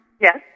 Yes